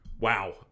Wow